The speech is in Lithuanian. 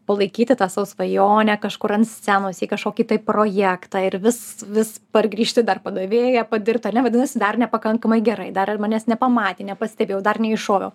palaikyti tą savo svajonę kažkur ant scenos į kažkokį tai projektą ir vis vis pargrįžti dar padavėja padirbt ar ne vadinasi dar nepakankamai gerai dar ir manęs nepamatė nepastebėjo dar neiššoviau